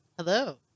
hello